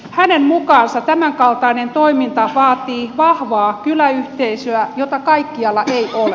hänen mukaansa tämän kaltainen toiminta vaatii vahvaa kyläyhteisöä jota kaikkialla ei ole